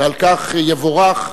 ועל כך יבורך,